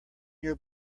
your